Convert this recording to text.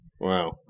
Wow